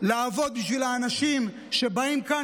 לעבוד בשביל האנשים שבאים לכאן,